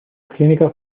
clínica